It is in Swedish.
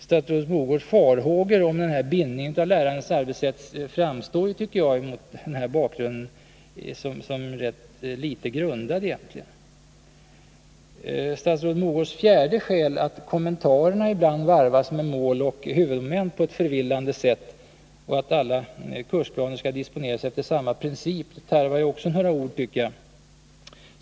Statsrådet Mogårds farhågor om denna bindning av lärarnas arbetssätt framstår, tycker jag, mot bakgrund av detta som rätt litet grundade. Statsrådet Mogårds fjärde skäl, att kommentarerna ibland varvas med mål och huvudmoment på ett förvillande sätt och att alla kursplaner skall disponeras efter samma princip, tarvar också några ord.